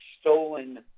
stolen